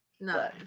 no